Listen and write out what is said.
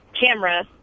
camera